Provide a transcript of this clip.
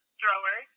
thrower